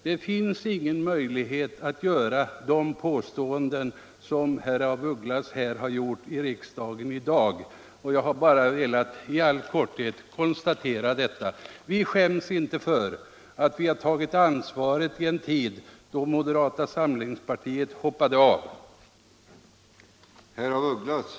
Det finns inget underlag för de påståenden som herr af Ugglas gjort i riksdagen i dag. Jag konstaterar i all korthet: Vi skäms inte för att vi har tagit ansvaret i en tid då moderata samlingspartiet hoppat av.